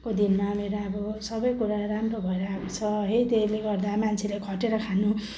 को दिनमा मेरो अब सबै कुरा राम्रो भएर आएको छ है त्यसले गर्दा मान्छेले खटेर खानु